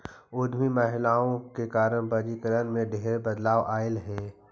उद्यमी महिलाओं के कारण बजारिकरण में ढेर बदलाव अयलई हे